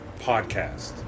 podcast